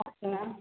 ma'am